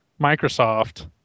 Microsoft